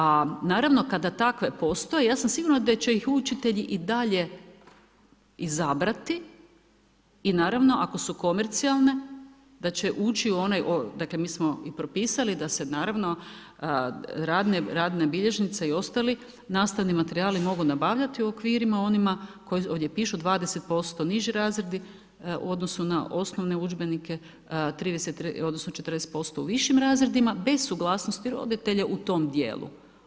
A naravno kada takve postoje, ja sam siguran da će ih učitelji i dalje izabrati i naravno ako su komercijalne, da će ući u one, dakle, mi smo ih propisali da se naravno, radna bilježnica i ostali nastavni materijali mogu nabavljati u okvirima onima koji ovdje pišu, 20% niži razredi u odnosu na osnovne udžbenike, 30 odnosno 40% višim razredima bez suglasnosti roditelja u tom dijelu.